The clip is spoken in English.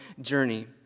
journey